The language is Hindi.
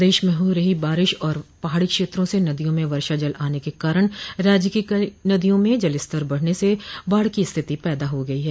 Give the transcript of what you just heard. प्रदेश में हो रही वर्षा और पहाड़ी क्षेत्रों से नदियों में वर्षा जल आने के कारण राज्य की कई नदियों में जलस्तर बढ़ने से बाढ़ की स्थिति पैदा हो गयी है